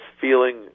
feeling